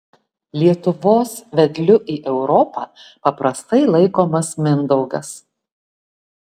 lietuvos vedliu į europą paprastai laikomas mindaugas